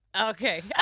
Okay